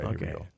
Okay